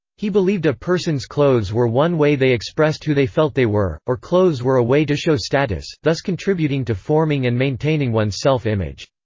he believed a person's clothes were one way they expressed who they felt they were or clothes were a way to show status, thus contributing to forming and maintaining one's self-image.